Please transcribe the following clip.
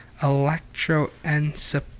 Electroencephalography